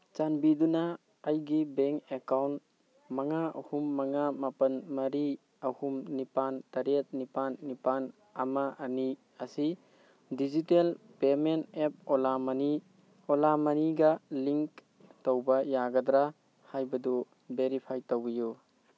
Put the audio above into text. ꯆꯥꯟꯕꯤꯗꯨꯅ ꯑꯩꯒꯤ bank account ꯃꯉꯥ ꯑꯍꯨꯝ ꯃꯉꯥ ꯃꯥꯄꯜ ꯃꯔꯤ ꯑꯍꯨꯝ ꯅꯤꯄꯥꯜ ꯇꯔꯦꯠ ꯅꯤꯄꯥꯜ ꯅꯤꯄꯥꯜ ꯑꯃ ꯑꯅꯤ ꯑꯁꯤ ꯗꯤꯖꯤꯇꯦꯜ ꯄꯦꯃꯦꯟ ꯑꯦꯞ ꯑꯣꯂꯥ ꯃꯅꯤ ꯑꯣꯂꯥ ꯃꯅꯤꯒ ꯂꯤꯡ ꯇꯧꯕ ꯌꯥꯒꯗ꯭ꯔꯥ ꯍꯥꯏꯕꯗꯨ ꯚꯦꯔꯤꯐꯥꯏ ꯇꯧꯕꯤꯌꯨ